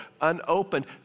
unopened